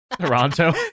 Toronto